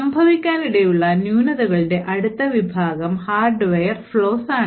സംഭവിക്കാനിടയുള്ള ന്യൂനതകളുടെ അടുത്ത വിഭാഗം ഹാർഡ്വെയർ flaws ആണ്